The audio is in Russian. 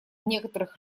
некоторых